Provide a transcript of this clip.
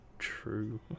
True